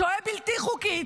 שוהה בלתי חוקי,